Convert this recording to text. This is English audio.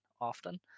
often